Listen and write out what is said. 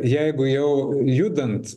jeigu jau judant